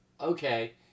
okay